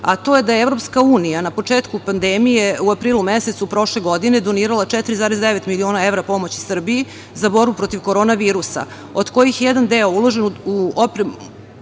a to je da je EU na početku pandemije u aprilu mesecu prošle godine donirala 4,9 miliona evra pomoć Srbiji za borbu protiv koronavirusa, od kojih je jedan deo uložen u dopremu